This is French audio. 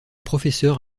professeur